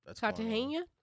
Cartagena